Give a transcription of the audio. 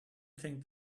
think